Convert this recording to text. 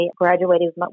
graduated